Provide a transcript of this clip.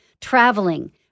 traveling